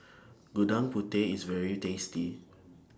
Gudeg Putih IS very tasty